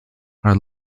are